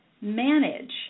manage